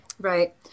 Right